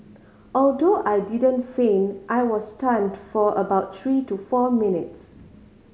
although I didn't faint I was stunned for about three to four minutes